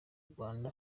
rwanda